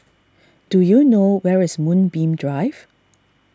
do you know where is Moonbeam Drive